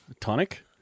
Tonic